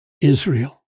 Israel